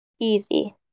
Easy